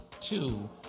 two